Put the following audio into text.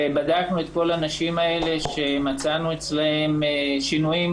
בדקנו את כל הנשים האלה שמצאנו אצלן שינויים